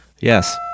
Yes